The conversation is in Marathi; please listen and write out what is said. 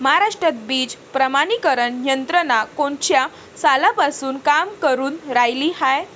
महाराष्ट्रात बीज प्रमानीकरण यंत्रना कोनच्या सालापासून काम करुन रायली हाये?